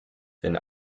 wenn